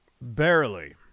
Barely